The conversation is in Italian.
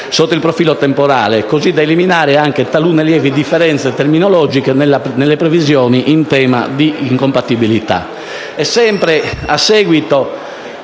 sotto il profilo temporale, così da eliminare anche talune lievi differenze terminologiche nelle previsioni in tema di incompatibilità.